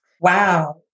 Wow